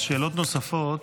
אז שאלות נוספות